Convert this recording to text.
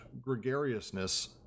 gregariousness